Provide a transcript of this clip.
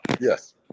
Yes